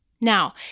Now